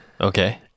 Okay